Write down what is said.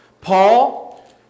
Paul